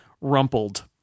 rumpled